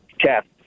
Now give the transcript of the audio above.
Cap